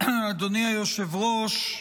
אדוני היושב-ראש,